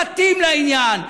מתאים לעניין,